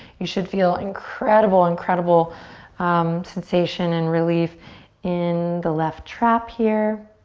you should feel incredible, incredible sensation and relief in the left trap here.